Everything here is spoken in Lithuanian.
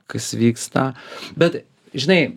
kas vyksta bet žinai